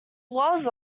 was